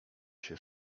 się